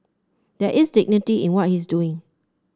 there is dignity in what he's doing